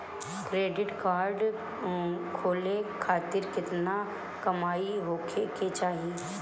Credit card खोले खातिर केतना कमाई होखे के चाही?